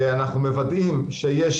אנחנו מוודאים שיש